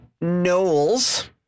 Knowles